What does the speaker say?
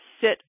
sit